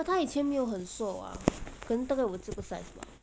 but 她以前没有很瘦 ah 可能大概我这个 size bah